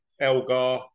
Elgar